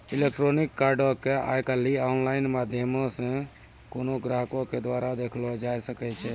electronic कार्डो के आइ काल्हि आनलाइन माध्यमो से कोनो ग्राहको के द्वारा देखलो जाय सकै छै